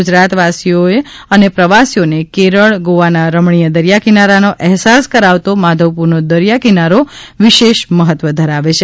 ગુજરાતવાસીઓ અને પ્રવાસીઓને કેરળ ગોવાનાં રમણીય દરિયા કિનારાનો અહેસાસ કરાવતો માધવપુરનો દરિયા કિનારો વિશેષ મહત્વ ધરાવે છે